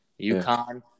UConn